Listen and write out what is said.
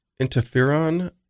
Interferon